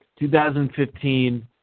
2015